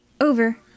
Over